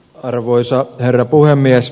arvoisa herra puhemies